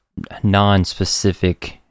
nonspecific